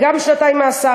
בשם הצוות